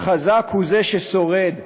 חזק הוא זה ששורד.